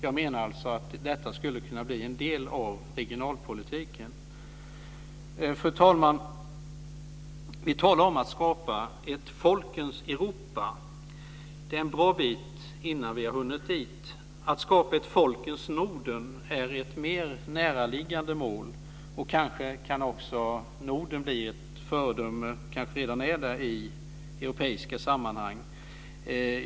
Jag menar alltså att detta skulle kunna bli en del av regionalpolitiken. Fru talman! Vi talar om att skapa ett folkens Europa. Det är en bra bit innan vi har hunnit dit. Att skapa ett folkens Norden är ett mer näraliggande mål, och kanske kan också Norden bli ett föredöme - det kanske redan är det - i europeiska sammanhang.